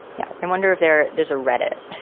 yeah. i wonder if there there's a read it,